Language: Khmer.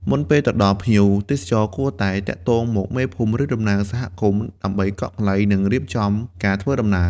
មុនពេលទៅដល់ ភ្ញៀវទេសចរគួរតែទាក់ទងមក មេភូមិ ឬតំណាងសហគមន៍ដើម្បីកក់កន្លែង និងរៀបចំការធ្វើដំណើរ។